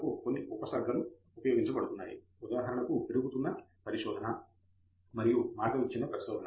ఫణికుమార్ పరిశోధనకు కొన్ని ఉపసర్గలు ఉపయోగించబడుతున్నాయి ఉదాహరణకు పెరుగుతున్న పరిశోధన మరియు మార్గ విచ్ఛిన్న పరిశోధన